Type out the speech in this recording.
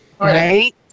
right